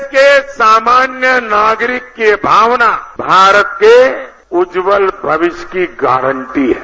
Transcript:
देश के सामान्य नागरिक की भावना भारत के उज्ज्ल भविष्य की गारंटी है